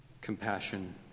compassion